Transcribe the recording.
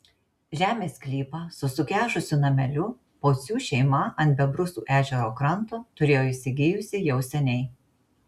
žemės sklypą su sukežusiu nameliu pocių šeima ant bebrusų ežero kranto turėjo įsigijusi jau seniai